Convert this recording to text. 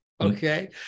okay